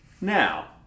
Now